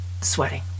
sweating